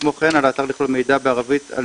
כמו כן על האתר לכלול מידע בערבית על